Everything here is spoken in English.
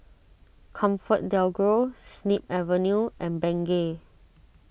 ComfortDelGro Snip Avenue and Bengay